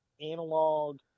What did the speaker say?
analog